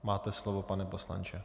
Máte slovo, pane poslanče.